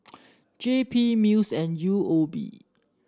JP MUIS and U O B